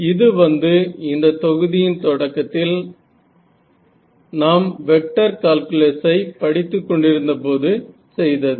இது வந்து இந்த தொகுதியின் தொடக்கத்தில் நாம் வெக்டர் கால்குலஸ் ஐ படித்துக்கொண்டிருந்தபோது செய்தது